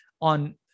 on